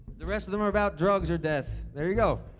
the rest of them are about drugs or death. there you go.